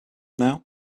now